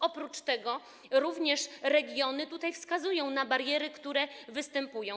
Oprócz tego również regiony wskazują na bariery, które występują.